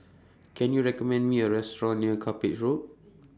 Can YOU recommend Me A Restaurant near Cuppage Road